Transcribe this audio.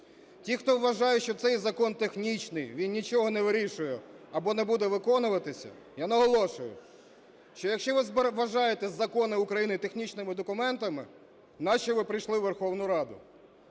Ті, хто вважають, що цей закон технічний, він нічого не вирішує або не буде виконуватися, я наголошую, що якщо ви вважаєте закони України технічними документами, нащо ви прийшли у Верховну Раду?